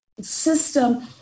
system